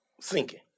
sinking